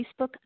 Facebook